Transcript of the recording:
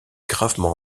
gravement